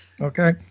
Okay